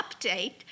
update